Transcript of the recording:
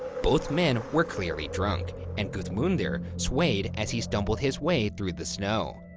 both men were clearly drunk, and gudmundur swayed as he stumbled his way through the snow.